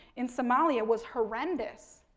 in somalia was horrendous.